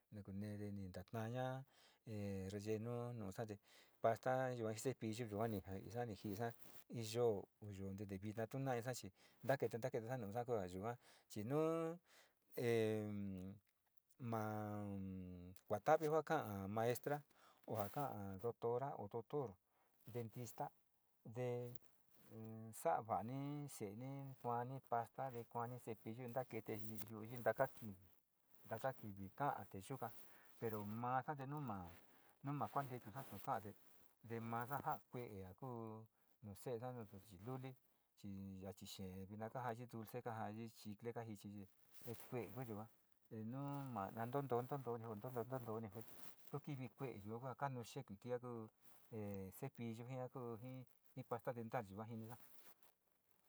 Niku neede, ni kataaña rellenu nu nuusa te pasta yua ji cepillu yua ni jiisa, nijiisa in yoo, onte vina tu naasa chi nakete, na kedena nu yuka kuyuka chi nuu em ma kuata viga kaa maestra, kaa doctura, doctor, dentista, te sa'a vani se'eni kuani pasta, levani cepillu nakete yu'u taka kivi ka'a te yuka pero masa te ma kuante tuta ja ka'a te masa ja'a kue ja kuu nuse'esa suchiluli chi yachi xee vina kajayitu dulee, kajayii chicle, te kajichi yuga, te nu ma ntutoo, ntutoo, ntutoo tu kivi kue'e yo yua ka'anu xee kia ku ji cepillu kuujii pasta dental yua jinisa.